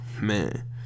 man